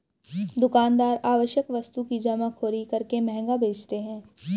दुकानदार आवश्यक वस्तु की जमाखोरी करके महंगा बेचते है